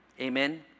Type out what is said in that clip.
Amen